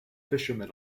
fishermen